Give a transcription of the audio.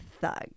thug